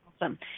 Awesome